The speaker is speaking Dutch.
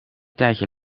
tijdje